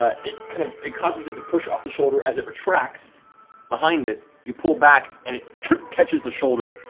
ah it kind of it causes it to push off the shoulder as it retracts behind it. you pull back and it catches the shoulder.